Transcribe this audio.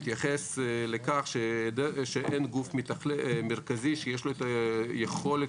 רח"ל התייחס לכך שאין גוף מרכזי שיש לו את היכולת